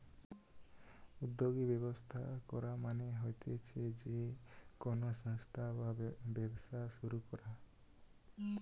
উদ্যোগী ব্যবস্থা করা মানে হতিছে যে কোনো সংস্থা বা ব্যবসা শুরু করা